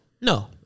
No